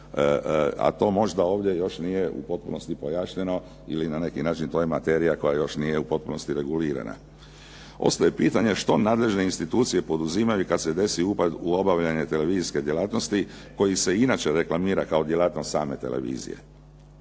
a to možda ovdje još nije u potpunosti pojašnjeno ili na neki način to je materija koja još nije u potpunosti regulirana. Ostaje pitanje što nadležne institucije poduzimaju kad se desi upad u obavljanje televizijske djelatnosti koji se inače reklamira kao djelatnost same televizije.